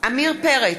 עמיר פרץ,